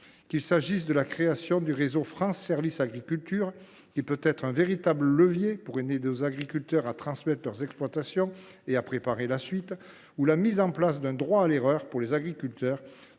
Qu’il s’agisse de la création du réseau France Services agriculture, qui peut être un véritable levier pour aider nos agriculteurs à transmettre leurs exploitations et à préparer la suite, ou de la mise en place d’un droit à l’erreur pour les agriculteurs,